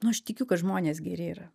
nu aš tikiu kad žmonės geri yra